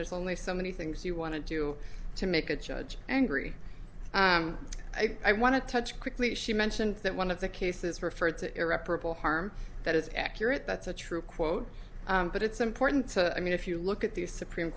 there's only so many things you want to do to make a judge angry i want to touch quickly she mentioned that one of the cases referred to irreparable harm that is accurate that's a true quote but it's important i mean if you look at the supreme